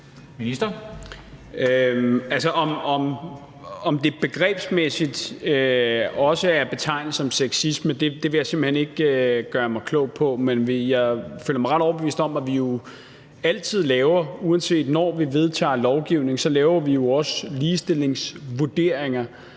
Om det begrebsmæssigt også er betegnet som sexisme, vil jeg simpelt hen ikke gøre mig klog på, men jeg føler mig ret overbevist om, at vi altid, når vi vedtager lovgivning, laver ligestillingsvurderinger.